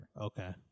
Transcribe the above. Okay